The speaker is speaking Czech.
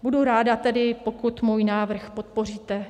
Budu ráda tedy, pokud můj návrh podpoříte.